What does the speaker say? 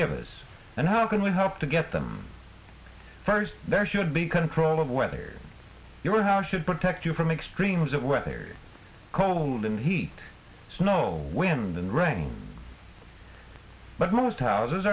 give us and how can we hope to get them first there should be control of whether your house should protect you from extremes of weather cold and heat snow wind and rain but most houses